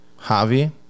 Javi